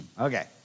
Okay